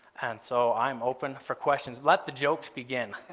and so i'm open for questions. let the jokes begin.